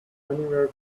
anywhere